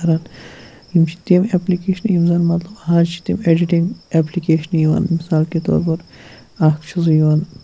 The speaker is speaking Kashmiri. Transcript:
کَران یِم چھِ تِم اٮ۪پلِکیشنہٕ یِم زَن مطلب اَز چھِ تِم اٮ۪ڈِٹِنٛگ اٮ۪پلِکیشنہٕ یِوان مثال کے طور پَر اَکھ چھُ سُہ یِوان